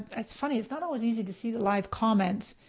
it's funny, it's not always easy to see the live comments.